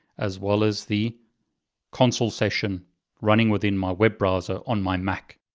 as well as the console session running within my web browser on my mac.